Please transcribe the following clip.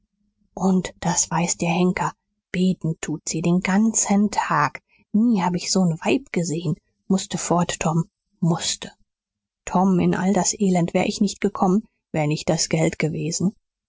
und das weiß der henker beten tut sie den ganzen tag nie hab ich so n weib gesehen mußte fort tom mußte tom in all das elend wär ich nicht gekommen wär nicht das geld gewesen